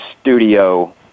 studio